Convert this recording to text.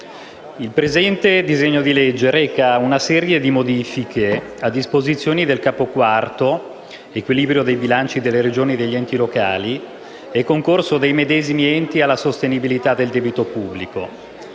il presente disegno di legge reca una serie di modifiche a disposizioni del Capo IV della legge n. 243 del 2012 (Equilibrio dei bilanci delle Regioni e degli enti locali e concorso dei medesimi enti alla sostenibilità del debito pubblico),